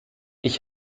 ich